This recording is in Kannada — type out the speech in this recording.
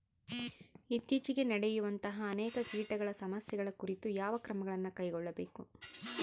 ಇತ್ತೇಚಿಗೆ ನಡೆಯುವಂತಹ ಅನೇಕ ಕೇಟಗಳ ಸಮಸ್ಯೆಗಳ ಕುರಿತು ಯಾವ ಕ್ರಮಗಳನ್ನು ಕೈಗೊಳ್ಳಬೇಕು?